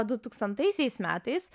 dutūkstantaisiais metais